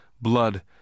blood